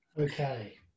Okay